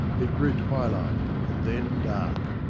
it grew twilight, and then dark.